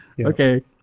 okay